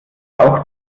auch